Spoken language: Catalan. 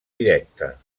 directa